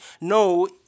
no